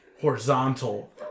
horizontal